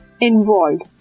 involved